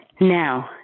now